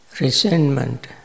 Resentment